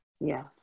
Yes